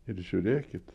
ir žiūrėkit